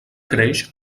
creix